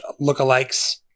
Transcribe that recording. lookalikes